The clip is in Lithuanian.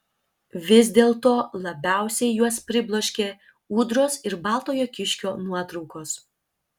vis dėlto labiausiai juos pribloškė ūdros ir baltojo kiškio nuotraukos